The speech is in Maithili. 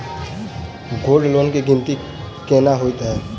गोल्ड लोन केँ गिनती केना होइ हय?